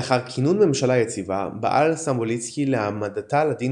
לאחר כינון ממשלה יציבה פעל סטמבוליסקי להעמדה לדין